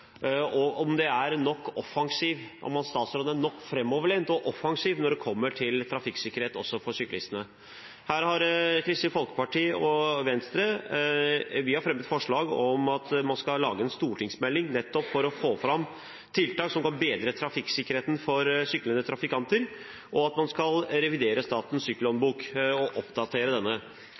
og om statsråden er nok framoverlent og offensiv når det kommer til trafikksikkerhet også for syklistene. Her har Kristelig Folkeparti og Venstre fremmet forslag om at man skal lage en stortingsmelding nettopp for å få fram tiltak som kan bedre trafikksikkerheten for syklende trafikanter, og at man skal revidere statens sykkelhåndbok og oppdatere denne.